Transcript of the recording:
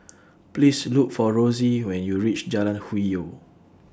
Please Look For Rosey when YOU REACH Jalan Hwi Yoh